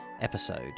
episode